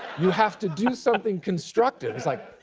you have to do something constructive. he's like,